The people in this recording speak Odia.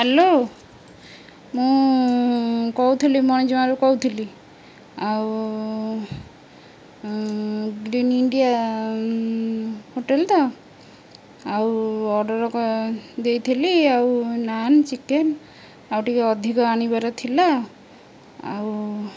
ହ୍ୟାଲୋ ମୁଁ କହୁଥିଲି ମଣିଜଙ୍ଗାରୁ କହୁଥିଲି ଆଉ ଗ୍ରୀନ୍ ଇଣ୍ଡିଆ ହୋଟେଲ ତ ଆଉ ଅର୍ଡ଼ର ଦେଇଥିଲି ଆଉ ନାନ୍ ଚିକେନ ଆଉ ଟିକେ ଅଧିକ ଆଣିବାର ଥିଲା ଆଉ